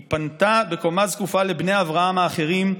היא פנתה בקומה זקופה לבני אברהם האחרים,